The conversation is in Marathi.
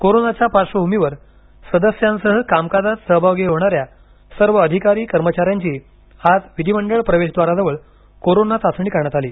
कोरोनाच्या पार्श्वभूमीवर सदस्यांसह कामकाजात सहभागी होणाऱ्या सर्व अधिकारी कर्मचाऱ्यांची आज विधिमंडळ प्रवेशद्वारजवळ कोरोना चाचणी करण्यात आली